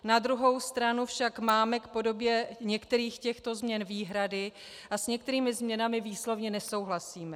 Na druhou stranu však máme k podobě některých těchto změn výhrady a s některými změnami výslovně nesouhlasíme.